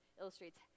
illustrates